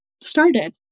started